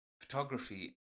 Photography